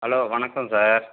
hello வணக்கம் sir